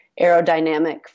aerodynamic